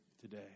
today